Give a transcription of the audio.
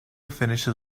finishes